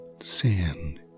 sand